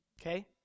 Okay